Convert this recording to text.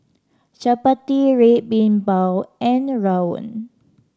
chappati Red Bean Bao and rawon